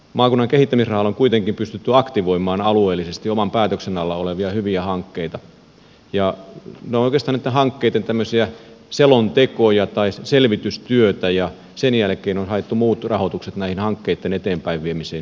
maakunnan kehittämisrahalla on kuitenkin pystytty aktivoimaan alueellisesti oman päätöksen alla olevia hyviä hankkeita ja ne ovat oikeastaan näitten hankkeitten tämmöisiä selontekoja tai selvitystyötä ja sen jälkeen on haettu muut rahoitukset näiden hankkeitten eteenpäinviemiseen